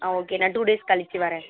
ஆ okay நான் two days கழிச்சி வர்றேன்